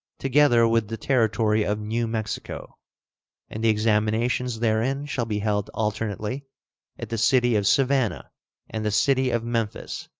together with the territory of new mexico and the examinations therein shall be held alternately at the city of savannah and the city of memphis,